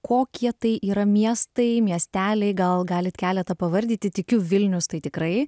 kokie tai yra miestai miesteliai gal galit keletą pavardyti tikiu vilnius tai tikrai